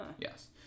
Yes